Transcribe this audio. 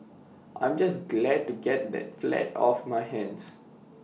I'm just glad to get the flat off my hands